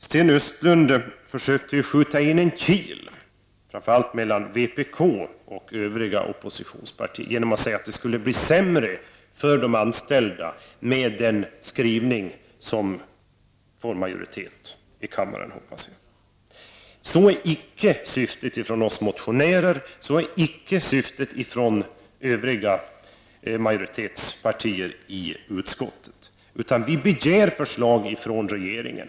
Sten Östlund försökte skjuta in en kil, framför allt mellan vpk och övriga oppositionspartier, genom att säga att det skulle bli sämre för de anställda med den skrivning som jag nu hoppas får majoritet i kammaren. Det är icke vad vi motionärer syftar till, och det är icke vad övriga partier som bildar majoritet i utskottet syftar till. Vi begär förslag ifrån regeringen.